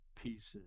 pieces